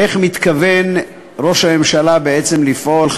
איך מתכוון ראש הממשלה בעצם לפעול,